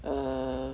err